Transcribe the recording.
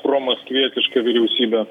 promaskvietiška vyriausybe